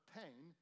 pain